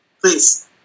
Please